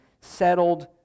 settled